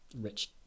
rich